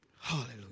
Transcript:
Hallelujah